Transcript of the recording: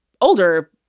older